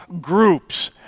groups